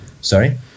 Sorry